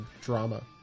drama